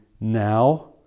now